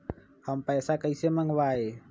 हम पैसा कईसे मंगवाई?